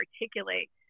articulate